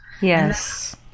Yes